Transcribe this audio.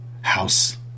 house